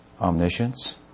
omniscience